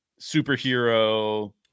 superhero